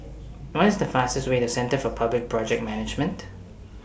What IS The fastest Way to Centre For Public Project Management